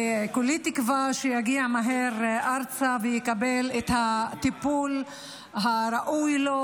כולי תקווה שהוא יגיע מהר ארצה ויקבל את הטיפול הראוי לו,